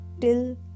till